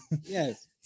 Yes